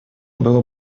было